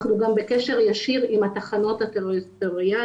אנחנו גם בקשר ישיר עם התחנות הטריטוריאליות